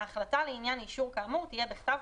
החלטה לעניין אישור כאמור תהיה בכתב